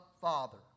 Father